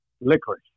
Liquid